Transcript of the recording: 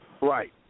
right